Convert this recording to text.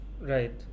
Right